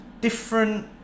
different